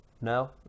No